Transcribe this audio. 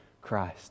Christ